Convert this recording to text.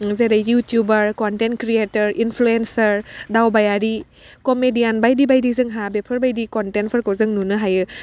ओह जेरै YouTuber content creator influencer दावबायारि कमेडियान बायदि बायदि जोंहा बेफोरबायदि कनटेन्टफोरखौ जों नुनो हायो